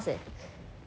that's not fast